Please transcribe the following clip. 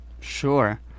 Sure